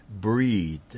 breathe